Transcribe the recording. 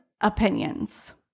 opinions